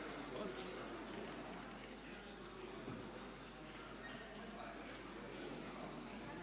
Hvala vam